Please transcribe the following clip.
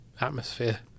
atmosphere